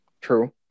True